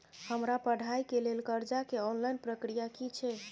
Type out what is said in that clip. हमरा पढ़ाई के लेल कर्जा के ऑनलाइन प्रक्रिया की छै?